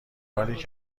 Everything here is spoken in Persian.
حالی